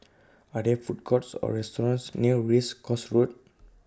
Are There Food Courts Or restaurants near Race Course Road